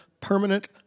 permanent